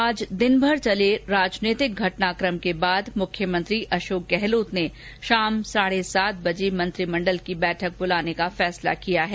आज दिन भर चले राजनीतिक घटनाकम के बाद मुख्यमंत्री अशोक गहलोत ने शाम साढे सात बजे मंत्रिमंडल की बैठक बुलायी है